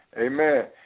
amen